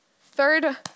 Third